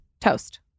toast